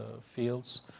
fields